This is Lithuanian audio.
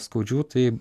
skaudžių tai